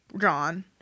john